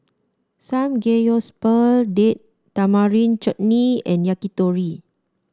Samgeyopsal Date Tamarind Chutney and Yakitori